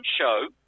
show